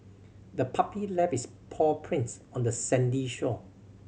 the puppy left its paw prints on the sandy shore